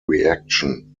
reaction